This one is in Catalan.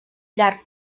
llarg